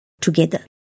together